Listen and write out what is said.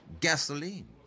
Gasoline